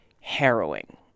harrowing